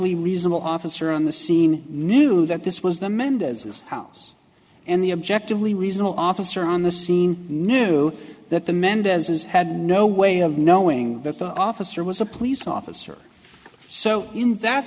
lee reasonable officer on the scene knew that this was the mendez's house and the objectively reasonable officer on the scene knew that the mendez's had no way of knowing that the officer was a police officer so in that